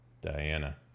Diana